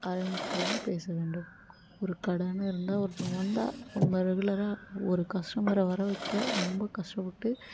அரவணைப்பாவும் பேசவேண்டும் ஒரு கடைன்னு இருந்தால் ஒருத்தங்க வந்தால் அவங்க ரெகுலராக ஒரு கஸ்டமரை வரவைக்க ரொம்ப கஷ்டப்பட்டு